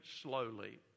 slowly